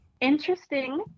interesting